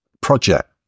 project